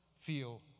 feel